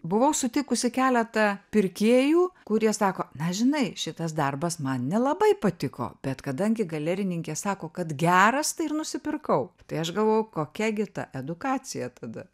buvau sutikusi keletą pirkėjų kurie sako na žinai šitas darbas man nelabai patiko bet kadangi galerininkė sako kad geras tai ir nusipirkau tai aš galvojau kokia gi ta edukacija tada